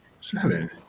Seven